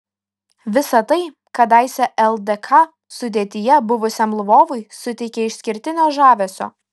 visa tai kadaise ldk sudėtyje buvusiam lvovui suteikia išskirtinio žavesio